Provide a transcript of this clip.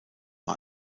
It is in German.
war